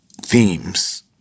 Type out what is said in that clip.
themes